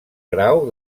grau